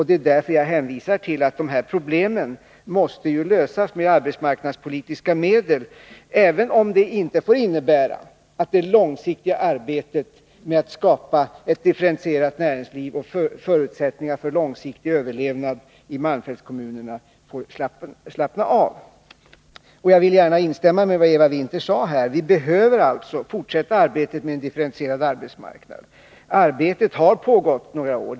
Det är därför jag hänvisar till att de här problemen måste 1 lösas med arbetsmarknadspolitiska medel, även om det inte får innebära att det långsiktiga arbetet med att skapa ett differentierat näringsliv och skapa förutsättningar för en långsiktig överlevnad i malmfältskommunerna slappas. Jag vill gärna instämma i vad Eva Winther sade, att vi behöver fortsätta arbetet med en differentierad arbetsmarknad. Arbetet har pågått några år.